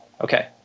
Okay